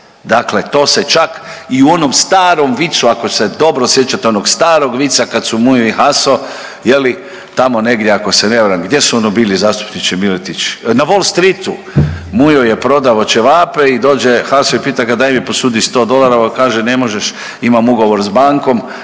Dakle, to se čak i u onom starom vicu ako se dobro sjećate onog starog vica kad su Mujo i Haso je li tamo negdje ako se ne varam, gdje su ono bili zastupniče Miletić, na Wall Streetu, Mujo je prodao ćevape i dođe Haso i pita ga daj mi posudi 100 dolara, ovaj kaže ne može imam ugovor s bankom